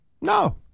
No